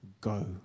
go